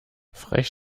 frech